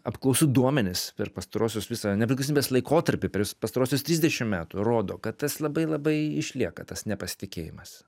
apklausų duomenys per pastaruosius visą nepriklausomybės laikotarpį per pastaruosius trisdešimt metų rodo kad tas labai labai išlieka tas nepasitikėjimas